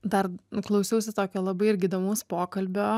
dar klausiausi tokio labai irgi įdomaus pokalbio